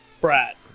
Brat